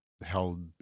held